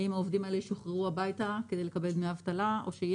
האם העובדים האלה ישוחררו הביתה כדי לקבל דמי אבטלה או שתהיה